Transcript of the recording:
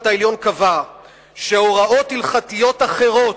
העליון קבע שהוראות הלכתיות אחרות,